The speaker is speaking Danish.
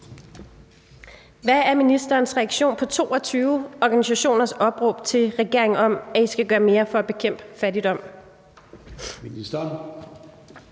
Hvad er ministerens reaktion på de 22 organisationers opråb til regeringen om, at I skal gøre mere for at bekæmpe børnefattigdom?